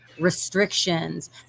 restrictions